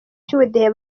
cy’ubudehe